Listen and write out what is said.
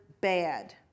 bad